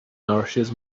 nourishes